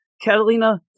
Catalina